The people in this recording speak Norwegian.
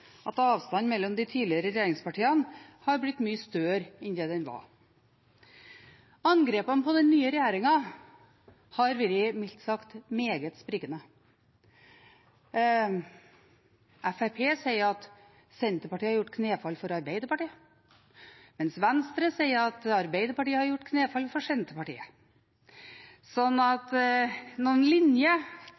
at avstanden mellom de tidligere regjeringspartiene er blitt mye større enn det den var. Angrepene på den nye regjeringen har vært mildt sagt meget sprikende. Fremskrittspartiet sier at Senterpartiet har gjort knefall for Arbeiderpartiet, mens Venstre sier at Arbeiderpartiet har gjort knefall for Senterpartiet. Så noen linje